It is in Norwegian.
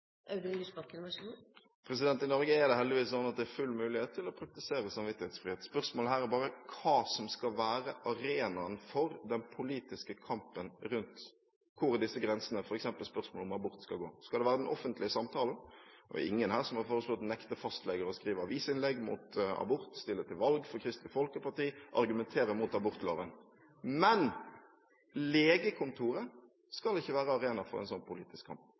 I Norge er det heldigvis sånn at det er full mulighet til å praktisere samvittighetsfrihet. Spørsmålet her er bare hva som skal være arenaen for den politiske kampen rundt hvor disse grensene – f.eks. i spørsmålet om abort – skal gå. Skal det være den offentlige samtalen? Det er ingen her som har foreslått å nekte fastleger å skrive avisinnlegg mot abort, stille til valg for Kristelig Folkeparti, argumentere mot abortloven. Men legekontoret skal ikke være arena for en sånn politisk kamp.